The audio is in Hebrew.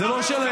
זה לא שלהם.